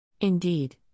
Indeed